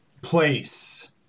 place